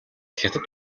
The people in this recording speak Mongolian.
хятад